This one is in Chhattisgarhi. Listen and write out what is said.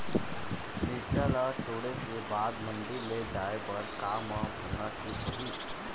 मिरचा ला तोड़े के बाद मंडी ले जाए बर का मा भरना ठीक होही?